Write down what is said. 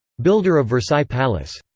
builder of versailles palace.